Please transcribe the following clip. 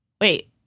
Wait